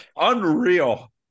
unreal